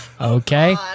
Okay